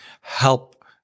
help